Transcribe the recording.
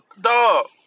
dog